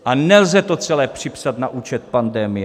A nelze to celé připsat na účet pandemie.